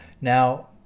Now